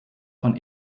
von